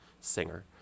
singer